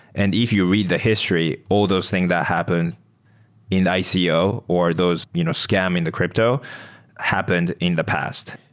and if you read the history, all those thing that happened in the ico or those you know scam in the crypto happened in the past.